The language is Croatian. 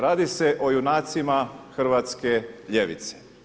Radi se o junacima hrvatske ljevice.